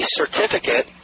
certificate